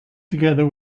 together